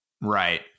Right